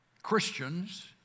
Christians